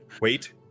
wait